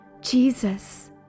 Jesus